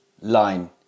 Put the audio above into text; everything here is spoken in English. line